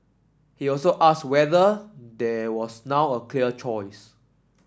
he also asked whether there was now a clear choice